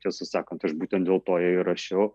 tiesą sakant aš būtent dėl to ją ir rašiau